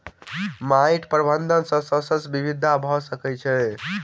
माइट प्रबंधन सॅ शस्य विविधता भ सकै छै